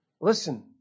Listen